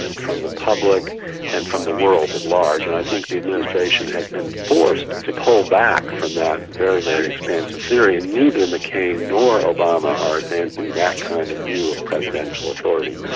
from the public and from the world at large, and i think the administration has been forced to pull back from that very, very expansive theory, and neither mccain nor obama are advancing that kind of view of presidential authority.